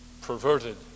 perverted